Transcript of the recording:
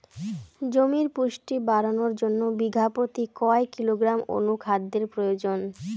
জমির পুষ্টি বাড়ানোর জন্য বিঘা প্রতি কয় কিলোগ্রাম অণু খাদ্যের প্রয়োজন?